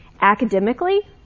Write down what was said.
Academically